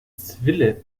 zwille